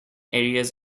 areas